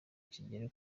kigere